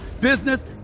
business